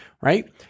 right